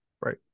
Right